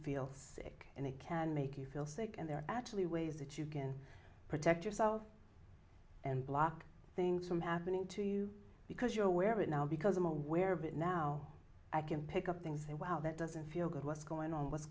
feel sick and they can make you feel sick and they're actually ways that you can protect yourself and block things from happening to you because you're aware of it now because i'm aware of it now i can pick up things that wow that doesn't feel good what's going on what's